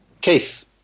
Keith